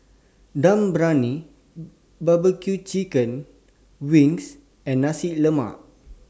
Dum Briyani Barbecue Chicken Wings and Nasi Lemak